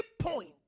point